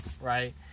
Right